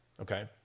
Okay